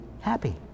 happy